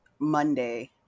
monday